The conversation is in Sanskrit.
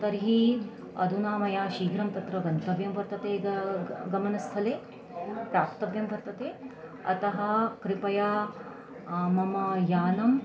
तर्हि अधुना मया शीघ्रं तत्र गन्तव्यं वर्तते गतं गमनस्थले प्राप्तव्यं वर्तते अतः कृपया मम यानम्